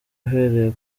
uhereye